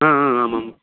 हा हा आम् आम्